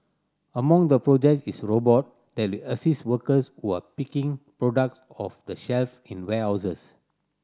among the projects is robot that will assist workers who are picking products off the shelf in warehouses